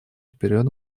вперед